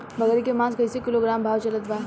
बकरी के मांस कईसे किलोग्राम भाव चलत बा?